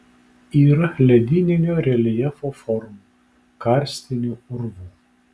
yra ledyninio reljefo formų karstinių urvų